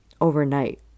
overnight